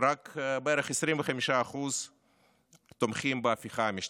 בערך רק 25% תומכים בהפיכה המשטרית.